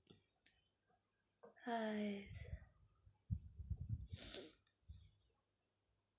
!hais!